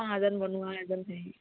অঁ এজন বনোৱা এজনে হেৰি